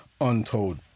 untold